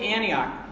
Antioch